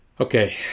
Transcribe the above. Okay